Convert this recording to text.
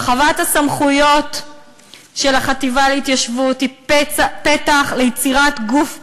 הרחבת הסמכויות של החטיבה להתיישבות היא פתח ליצירת גוף פרטי,